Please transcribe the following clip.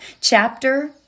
chapter